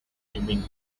dreaming